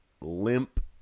limp